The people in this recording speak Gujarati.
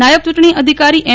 નાયબ ચૂંટણી અધિકારી એમ